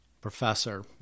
professor